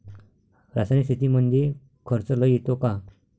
रासायनिक शेतीमंदी खर्च लई येतो का?